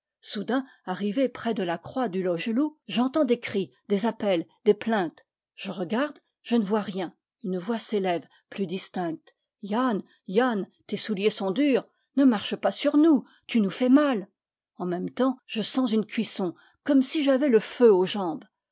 soudain arrivé près de la croix du logellou j'entends des cris des appels des plaintes je regarde je ne vois rien une voix s'élève plus distincte yann yann tes souliers sont durs ne marche pas sur nous tu nous fais mal en même temps je sens une cuisson comme si j'avais le feu aux jambes